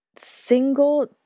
single